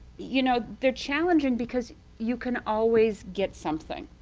you know, they're challenging because you can always get something.